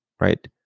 Right